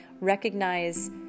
recognize